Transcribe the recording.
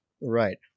Right